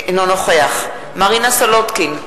אינו נוכח מרינה סולודקין,